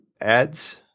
ads